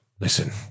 Listen